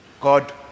God